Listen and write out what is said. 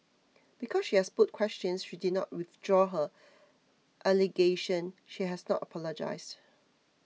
because she has put questions she did not withdraw her allegation she has not apologised